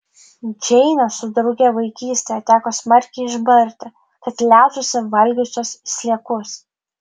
džeinę su drauge vaikystėje teko smarkiai išbarti kad liautųsi valgiusios sliekus